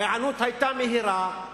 ההיענות היתה מהירה,